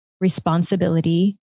responsibility